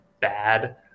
bad